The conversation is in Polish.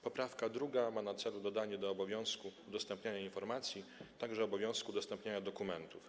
Poprawka druga ma na celu dodanie do obowiązku udostępniania informacji także obowiązku udostępniania dokumentów.